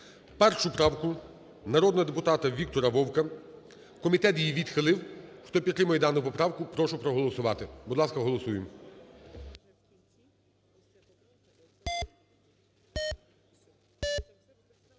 1 правку народного депутата Віктора Вовка. Комітет її відхилив. Хто підтримує дану поправку, прошу проголосувати. Будь ласка, голосуємо.